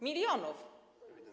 Milionów.